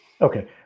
Okay